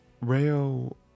Rayo